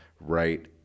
right